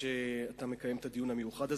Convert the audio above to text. תודה על שאתה מקיים את הדיון המיוחד הזה.